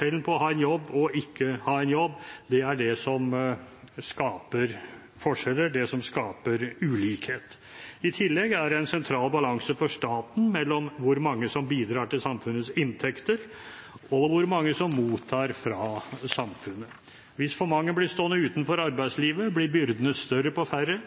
Det å ha en jobb og ikke ha en jobb er det som skaper forskjeller, det som skaper ulikhet. I tillegg er det en sentral balanse for staten mellom hvor mange som bidrar til samfunnets inntekter, og hvor mange som mottar fra samfunnet. Hvis for mange blir stående utenfor arbeidslivet, blir byrdene større på færre.